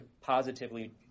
positively